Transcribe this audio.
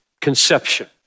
conception